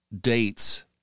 dates